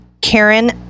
Karen